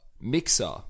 mixer